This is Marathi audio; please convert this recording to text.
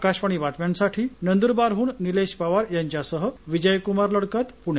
आकाशवाणी बातम्यांसाठी नंदुरबारहून निलेश पवार यांच्यासह विजयकुमार लडकत पुणे